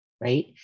Right